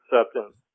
acceptance